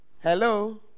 hello